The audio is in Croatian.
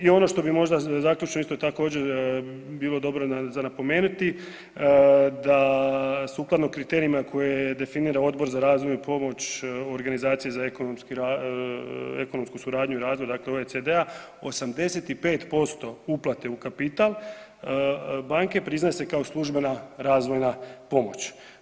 I ono što bi možda zaključno isto također bilo dobro za napomenuti da sukladno kriterijima koje definira Odbor za razvoj i pomoć organizacije za ekonomski, ekonomsku suradnju i razvoj dakle OECD-a 85% uplate u kapital banke priznaje se kao službena razvojna pomoć.